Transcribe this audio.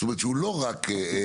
זאת אומרת שהוא לא רק שטח,